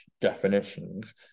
definitions